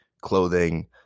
clothing